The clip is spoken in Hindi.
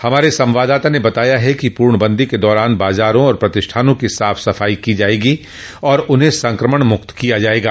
हमारे संवाददाता ने बताया है कि पूर्णबंदी के दौरान बाजारों और प्रतिष्ठानों की साफ सफाई की जायेगी और उन्हें संक्रमण मुक्त किया जायेगा